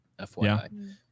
FYI